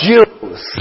Jews